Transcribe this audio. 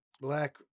black